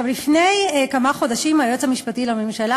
לפני כמה חודשים היועץ המשפטי לממשלה,